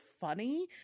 funny